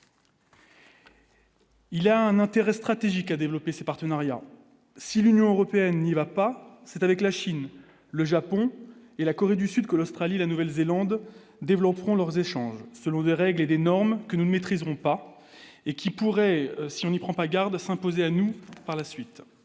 Il y a un intérêt stratégique à développer ses partenariats si l'Union européenne n'y va pas, c'est avec la Chine, le Japon et la Corée du Sud, que l'Australie, la Nouvelle-Zélande développeront leurs échanges selon des règles et des normes que nous ne maîtrisons pas et qui pourrait, si on n'y prend pas garde, s'imposer à nous par la suite,